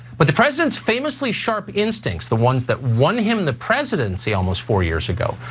but the president's famously sharp instincts, the ones that won him the presidency almost four years ago,